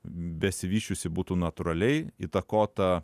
besivysčiusi būtų natūraliai įtakota